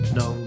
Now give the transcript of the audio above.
no